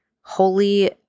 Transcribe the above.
Holy